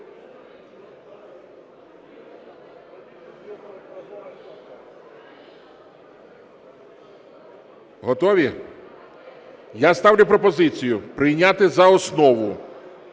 Готові? Я ставлю пропозицію прийняти за основу